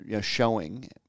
showing